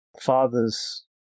fathers